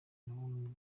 nabo